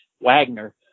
Wagner